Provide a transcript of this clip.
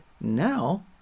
now